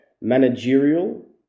managerial